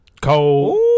Cold